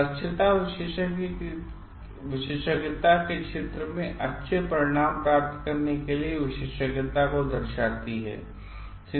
दक्षता विशेषज्ञता के क्षेत्र में अच्छे परिणाम प्राप्त करने के लिए विशेषज्ञता को दर्शाती है